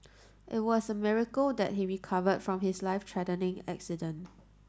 it was a miracle that he recovered from his life threatening accident